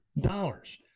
dollars